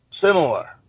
similar